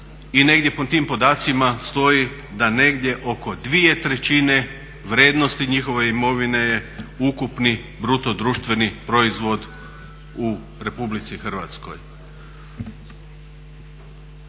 i negdje po tim podacima stoji da negdje oko dvije trećine vrijednosti njihove imovine je ukupni bruto društveni proizvod u Republici Hrvatskoj.